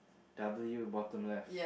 W bottom left